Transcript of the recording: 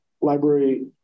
library